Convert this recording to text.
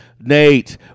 Nate